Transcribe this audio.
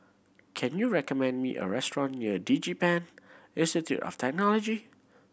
can you recommend me a restaurant near DigiPen Institute of Technology